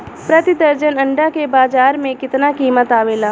प्रति दर्जन अंडा के बाजार मे कितना कीमत आवेला?